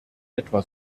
etwa